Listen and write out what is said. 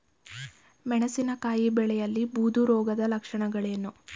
ಮೆಣಸಿನಕಾಯಿ ಬೆಳೆಯಲ್ಲಿ ಬೂದು ರೋಗದ ಲಕ್ಷಣಗಳೇನು?